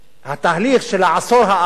התהליך של העשור האחרון